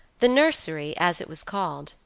the nursery, as it was called,